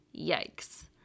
Yikes